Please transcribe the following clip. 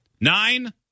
Nine